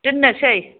दोननोसै